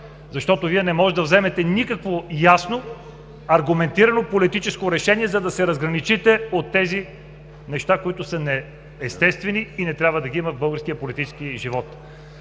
Защото Вие не можете да вземете никакво ясно, аргументирано политическо решение, за да се разграничите от тези неща, които са неестествени и не трябва да ги има в българския политически живот.